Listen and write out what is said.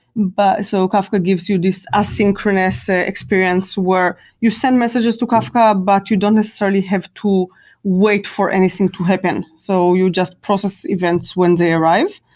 but so kafka gives you this asynchronous ah experience where you send messages to kafka, but you don't necessarily have to wait for anything to happen. so you just process events when they arrive.